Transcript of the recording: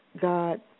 God